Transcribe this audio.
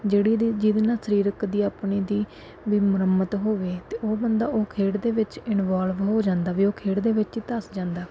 ਜਿਹੜੀ ਦੀ ਜਿਹਦੇ ਨਾਲ ਸਰੀਰਕ ਦੀ ਆਪਣੀ ਦੀ ਵੀ ਮੁਰੰਮਤ ਹੋਵੇ ਅਤੇ ਉਹ ਬੰਦਾ ਉਹ ਖੇਡ ਦੇ ਵਿੱਚ ਇਨਵੋਲਵ ਹੋ ਜਾਂਦਾ ਵੀ ਉਹ ਖੇਡ ਦੇ ਵਿੱਚ ਧੱਸ ਜਾਂਦਾ